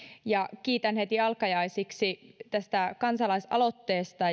ja kiitän heti alkajaisiksi tästä kansalaisaloitteesta